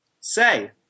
Say